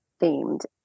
themed